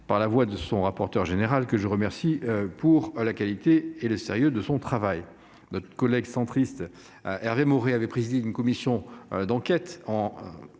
par la voix de son rapporteur général, que je remercie au passage pour la qualité et le sérieux de son travail. En 2019, notre collègue centriste Hervé Maurey avait présidé une commission d'enquête sur